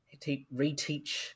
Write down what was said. reteach